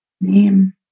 name